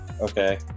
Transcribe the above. okay